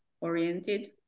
oriented